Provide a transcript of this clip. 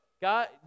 God